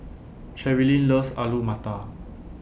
Cherilyn loves Alu Matar